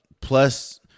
Plus